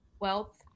wealth